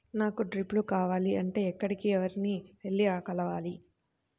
నాకు డ్రిప్లు కావాలి అంటే ఎక్కడికి, ఎవరిని వెళ్లి కలవాలి?